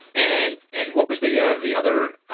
and and what was the ah the other